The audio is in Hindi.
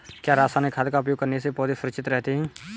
क्या रसायनिक खाद का उपयोग करने से पौधे सुरक्षित रहते हैं?